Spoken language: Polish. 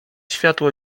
światło